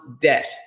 debt